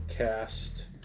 Cast